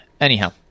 anyhow